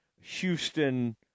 Houston